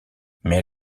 mais